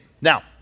Now